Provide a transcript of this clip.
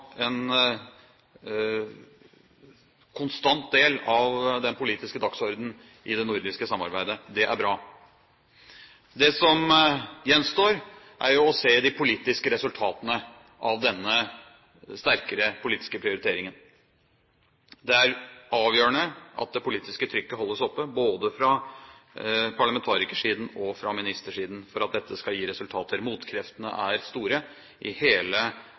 en konstant del av den politiske dagsordenen i det nordiske samarbeidet. Det er bra. Det som gjenstår, er å se de politiske resultatene av denne sterkere politiske prioriteringen. Det er avgjørende at det politiske trykket holdes oppe både fra parlamentarikersiden og fra ministersiden for at dette skal gi resultater. Motkreftene er store i hele